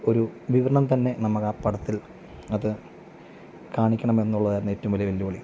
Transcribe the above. ഒരു വിവരണം തന്നെ നമ്മൾ ആ പടത്തിൽ അത് കാണിക്കണം എന്നുള്ളതായിരുന്നു ഏറ്റവും വലിയ വെല്ലുവിളി